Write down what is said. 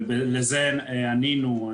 ולזה ענינו,